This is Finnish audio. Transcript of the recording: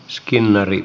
skinnari